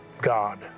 God